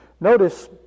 notice